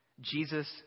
Jesus